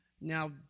Now